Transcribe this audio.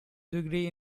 degree